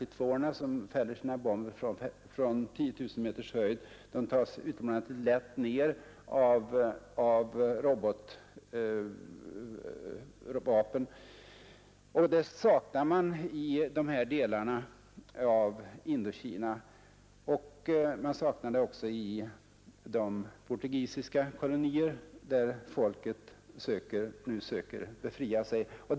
B 5S2:orna, som fäller sina bomber från 10 000 meters höjd, är utomordentligt lätta att bekämpa med robotvapen, men sådana tunga vapen saknas i de här delarna av Indokina. Man saknar dem också i de portugisiska kolonier där folket nu söker befria sig.